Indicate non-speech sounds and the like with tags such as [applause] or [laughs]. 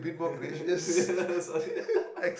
[laughs] yeah I saw that